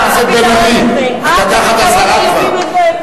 חבר הכנסת בן-ארי, אתה תחת אזהרה כבר.